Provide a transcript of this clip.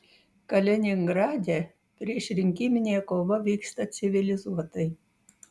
kaliningrade priešrinkiminė kova vyksta civilizuotai